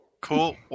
cool